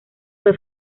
fue